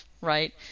Right